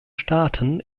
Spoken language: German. staaten